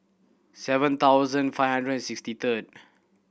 seven thousand five hundred and sixty third